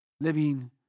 living